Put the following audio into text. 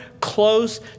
close